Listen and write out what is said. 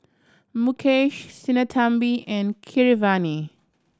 Mukesh Sinnathamby and Keeravani